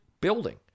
building